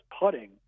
putting